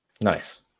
nice